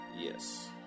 yes